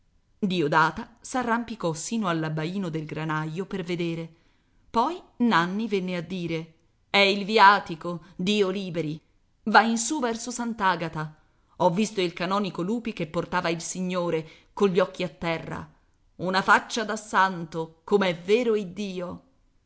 ragazzi diodata s'arrampicò sino all'abbaino del granaio per vedere poi nanni venne a dire è il viatico dio liberi va in su verso sant'agata ho visto il canonico lupi che portava il signore cogli occhi a terra una faccia da santo com'è vero iddio